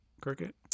Cricket